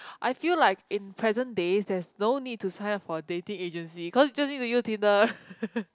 I feel like in present day there's no need to sign up for dating agency cause just need to use Tinder